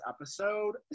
episode